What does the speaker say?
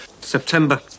September